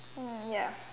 mm ya